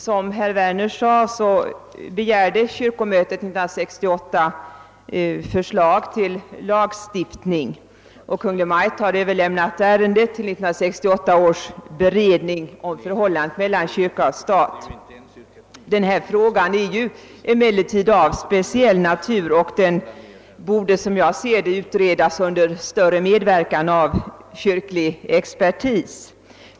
Som herr Werner nämnde begärde 1968 års kyrkomöte förslag till lagstiftning, och Kungl. Maj:t har överlämnat ärendet till 1968 års beredning om stat och kyrka. Denna fråga har emellertid speciell natur och borde, som jag ser det, utredas under medverkan i större omfattning av kyrklig expertis.